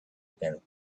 again